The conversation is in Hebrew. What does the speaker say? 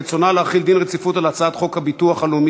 רצונה להחיל דין רציפות על הצעת חוק הביטוח הלאומי